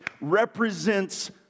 represents